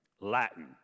Latin